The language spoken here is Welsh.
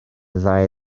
ddau